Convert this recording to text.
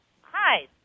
Hi